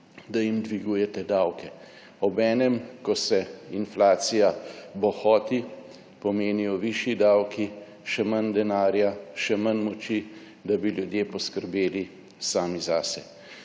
da jim dvigujete davke, obenem, ko se inflacija bohoti, pomenijo višji davki še manj denarja, še manj moči, da bi ljudje poskrbeli sami zase.